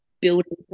building